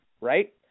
right